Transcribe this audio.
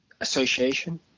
Association